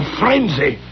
frenzy